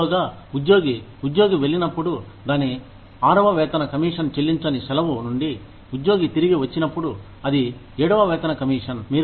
ఈలోగా ఉద్యోగి ఉద్యోగి వెళ్ళినప్పుడు దాని ఆరవ వేతన కమీషన్ చెల్లించని సెలవు నుండి ఉద్యోగి తిరిగి వచ్చినప్పుడు అది ఏడవ వేతన కమిషన్